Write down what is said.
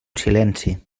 silenci